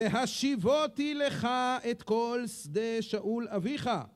והשיבותי לך את כל שדה שאול אביך